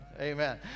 Amen